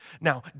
Now